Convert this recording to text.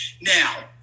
Now